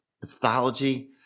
pathology